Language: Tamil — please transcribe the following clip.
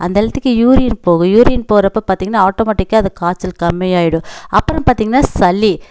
அந்த ஹெல்த்திக்கு யூரின் போகும் யூரின் போகிறப்போ பார்த்திங்கனா ஆட்டோமெட்டிக்காக அது காய்ச்சல் கம்மியாகிடும் அப்புறம் பார்த்திங்னா சளி